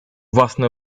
własne